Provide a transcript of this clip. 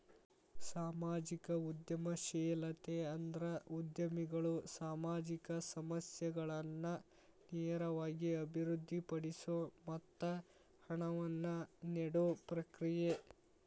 ಸಾಮಾಜಿಕ ಉದ್ಯಮಶೇಲತೆ ಅಂದ್ರ ಉದ್ಯಮಿಗಳು ಸಾಮಾಜಿಕ ಸಮಸ್ಯೆಗಳನ್ನ ನೇರವಾಗಿ ಅಭಿವೃದ್ಧಿಪಡಿಸೊ ಮತ್ತ ಹಣವನ್ನ ನೇಡೊ ಪ್ರಕ್ರಿಯೆ